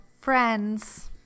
Friends